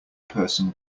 person